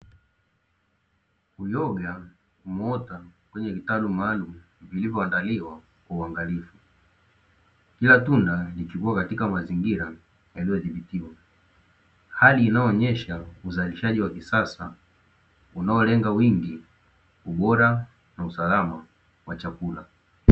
Uyoga umeota kwenye vitalu maalumu vilivyoandaliwa kwa uangalifu, kila tunda likikua katika mazingira yaliyodhibitiwa. Hali inayoonyesha uzalishaji wa kisasa unaolenga wingi, ubora na usalama wa chakula.